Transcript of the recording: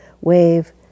wave